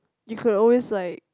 you could always like